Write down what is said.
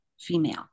female